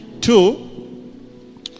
two